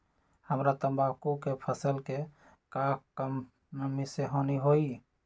हमरा तंबाकू के फसल के का कम नमी से हानि होई?